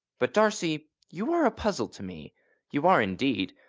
but, darcy, you are a puzzle to me you are, indeed!